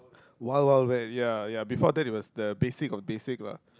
Wild Wild Wet ya ya before that it was the basic of the basic lah